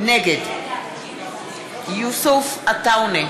נגד יוסף עטאונה,